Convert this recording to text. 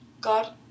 God